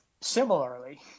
similarly